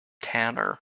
Tanner